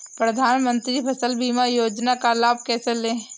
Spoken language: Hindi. प्रधानमंत्री फसल बीमा योजना का लाभ कैसे लें?